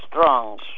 strong